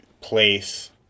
place